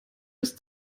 ist